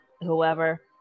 whoever